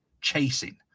chasing